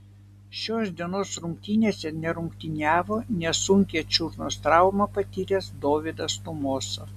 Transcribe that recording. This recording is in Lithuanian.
šios dienos rungtynėse nerungtyniavo nesunkią čiurnos traumą patyręs dovydas tumosa